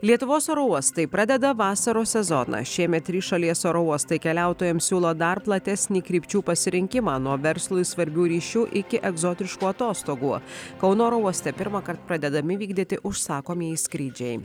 lietuvos oro uostai pradeda vasaros sezoną šiemet trys šalies oro uostai keliautojams siūlo dar platesnį krypčių pasirinkimą nuo verslui svarbių ryšių iki egzotiškų atostogų kauno oro uoste pirmąkart pradedami vykdyti užsakomieji skrydžiai